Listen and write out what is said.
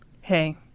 Hey